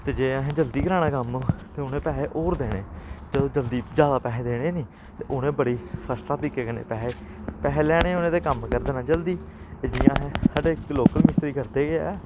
ते जे असें जल्दी कराना कम्म ते उनें पैहे होर देने ते जल्दी ज्यादा पैहे देने नी ते उ'नें बड़ी फर्स्ट क्लास तरीके कन्नै पैहे पैहे लैने उ'नें ते कम्म करी देना जल्दी ते जि'यां असें साढ़े लोकल मिस्तरी करदे गै ऐ